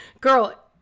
Girl